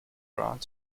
brought